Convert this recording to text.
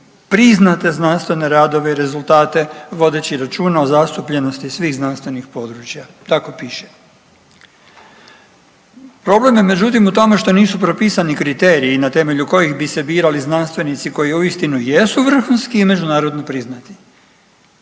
priznate znanstvene radove i rezultate vodeći računa o zastupljenosti svih znanstvenih područja“, tako piše. Problem je međutim u tome što nisu propisani kriteriji na temelju kojih bi se birali znanstvenici koji uistinu jesu vrhunski i međunarodno priznati.